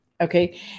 Okay